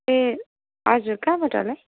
ए हजुर कहाँबाट होला